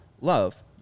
love